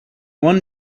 one